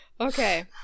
okay